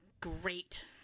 Great